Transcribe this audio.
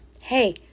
hey